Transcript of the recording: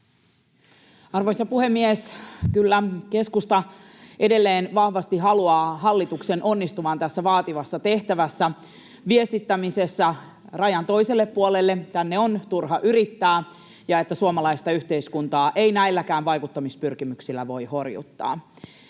Arvoisa puhemies! Kyllä keskusta edelleen vahvasti haluaa hallituksen onnistuvan tässä vaativassa tehtävässä, viestittämisessä rajan toiselle puolelle, että tänne on turha yrittää ja suomalaista yhteiskuntaa ei näilläkään vaikuttamispyrkimyksillä voi horjuttaa.